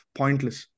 pointless